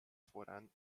voran